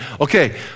Okay